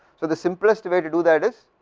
so, the simplest way to to that is